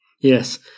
yes